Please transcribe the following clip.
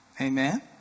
Amen